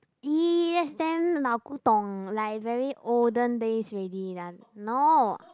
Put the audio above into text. ee that's damn 老古董:Lao Gu Dong like very olden days already lah no